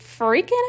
freaking